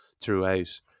throughout